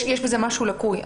יש בזה משהו לקוי,